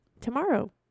tomorrow